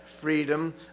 freedom